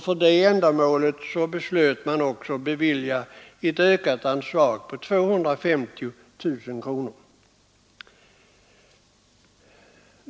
För det ändamålet beslöt man också bevilja ett ökat anslag på 250 000 kronor.